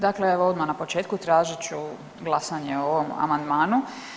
Dakle, evo odmah na početku tražit ću glasanje o ovom amandmanu.